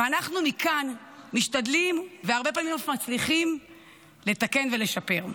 ומכאן אנחנו משתדלים והרבה פעמים אף מצליחים לתקן ולשפר.